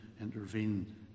intervene